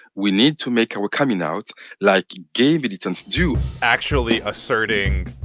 we need to make our coming out like gay militants do actually asserting,